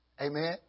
Amen